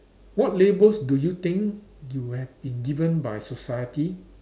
what labels do you think you have been given by society